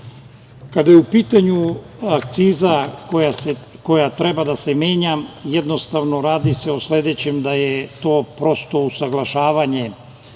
je u pitanju akciza koja treba da se menja, jednostavno radi se o sledećem, da je to prosto usaglašavanje